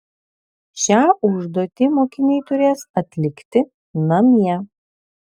šią užduotį mokiniai turės atlikti namie